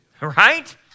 right